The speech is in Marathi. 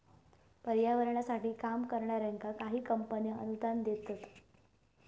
पर्यावरणासाठी काम करणाऱ्यांका काही कंपने अनुदान देतत